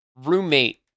Roommate